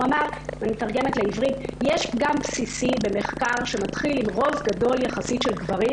הוא אמר: "יש פגם בסיסי במחקר שמתחיל עם רוב גדול יחסית של גברים